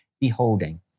beholding